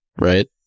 right